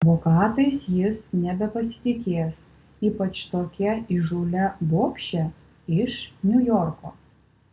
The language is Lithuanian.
advokatais jis nebepasitikės ypač tokia įžūlia bobše iš niujorko